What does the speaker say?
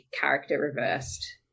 character-reversed